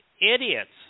idiots